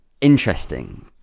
interesting